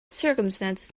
circumstances